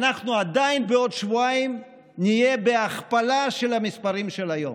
עדיין בעוד שבועיים נהיה בהכפלה של המספרים של היום.